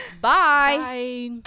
bye